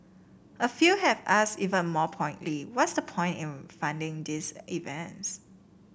a few have asked even more pointedly what's the point in funding these events